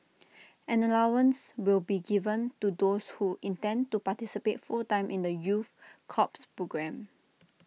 an allowance will be given to those who intend to participate full time in the youth corps programme